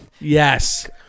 yes